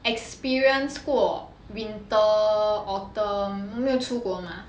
experience 过 inter autumn 我没有出国 mah